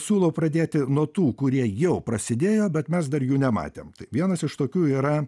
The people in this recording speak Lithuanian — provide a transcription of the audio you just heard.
siūlau pradėti nuo tų kurie jau prasidėjo bet mes dar jų nematėm vienas iš tokių yra